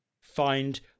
find